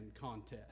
Contest